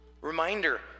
Reminder